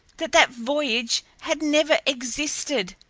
that that voyage had never existed.